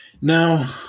Now